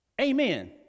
Amen